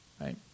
Right